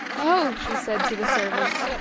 oh! she said to the servants,